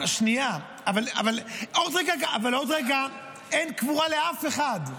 שנייה, אבל עוד רגע אין קבורה לאף אחד.